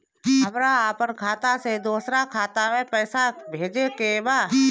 हमरा आपन खाता से दोसरा खाता में पइसा भेजे के बा